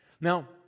Now